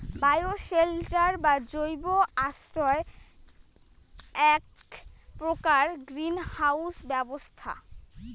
bioshelter বা জৈব আশ্রয় এ্যাক প্রকার গ্রীন হাউস ব্যবস্থা